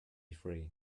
free